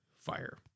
fire